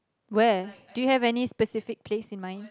where do you have any specific place in mind